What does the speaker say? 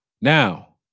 Now